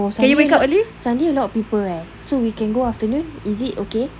oh sunday sunday a lot of people eh so we can go afternoon is it okay